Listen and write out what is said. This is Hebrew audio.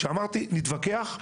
כשאמרתי: נתווכח,